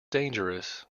dangerous